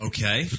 Okay